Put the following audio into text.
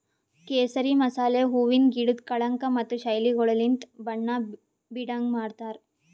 ಕೇಸರಿ ಮಸಾಲೆ ಹೂವಿಂದ್ ಗಿಡುದ್ ಕಳಂಕ ಮತ್ತ ಶೈಲಿಗೊಳಲಿಂತ್ ಬಣ್ಣ ಬೀಡಂಗ್ ಮಾಡ್ತಾರ್